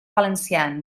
valencians